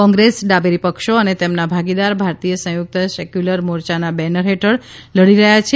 કોંગ્રેસ ડાબેરી પક્ષો અને તેમના ભાગીદાર ભારતીય સંયુક્ત સેક્યુલર મોરચાના બેનર હેઠળ લડી રહ્યા છે